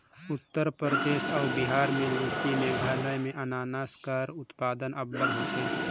उत्तर परदेस अउ बिहार में लीची, मेघालय में अनानास कर उत्पादन अब्बड़ होथे